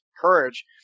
courage